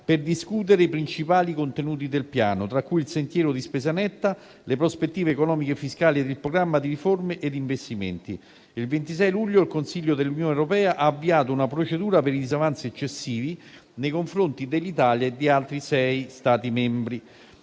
per discutere i principali contenuti del Piano, tra cui il sentiero di spesa netta, le prospettive economiche e fiscali e il programma di riforme e di investimenti. Il 26 luglio il Consiglio dell'Unione europea ha avviato una procedura per i disavanzi eccessivi nei confronti dell'Italia e di altri sei Stati membri.